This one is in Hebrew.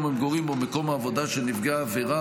המגורים או מקום העבודה של נפגע העבירה,